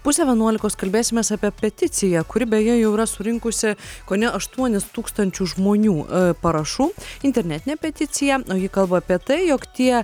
pusę vienuolikos kalbėsimės apie peticiją kuri beje jau yra surinkusi kone aštuonis tūkstančius žmonių parašų internetinė peticija o ji kalba apie tai jog tie